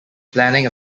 planning